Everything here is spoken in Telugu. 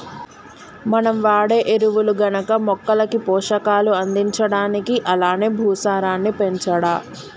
మనం వాడే ఎరువులు గనక మొక్కలకి పోషకాలు అందించడానికి అలానే భూసారాన్ని పెంచడా